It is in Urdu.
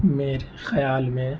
میرے خیال میں